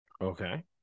okay